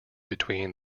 between